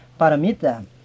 Paramita